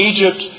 Egypt